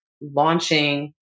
launching